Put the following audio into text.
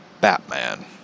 Batman